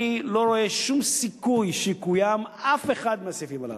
אני לא רואה שום סיכוי שיקוים אף אחד מהסעיפים הללו.